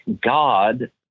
God